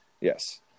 yes